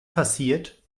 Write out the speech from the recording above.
passiert